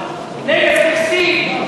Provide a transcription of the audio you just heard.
"נגב טקסטיל",